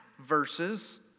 verses